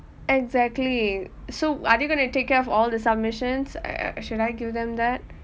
exactly so are they going to take care of all the submissions should I give them that